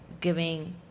giving